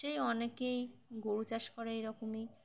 সেই অনেকেই গরু চাষ করে এইরকমই